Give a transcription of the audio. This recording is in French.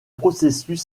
processus